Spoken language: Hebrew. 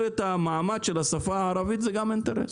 את המעמד של השפה הערבית זה גם אינטרס.